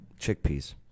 Chickpeas